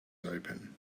open